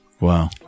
Wow